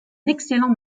excellent